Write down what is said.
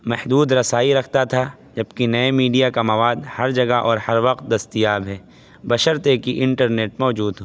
محدود رسائی رکھتا تھا جبکہ نئے میڈیا کا مواد ہر جگہ اور ہر وقت دستیاب ہے بشرط یہ کہ انٹرنیٹ موجود ہو